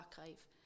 archive